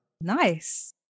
Nice